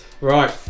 Right